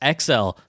XL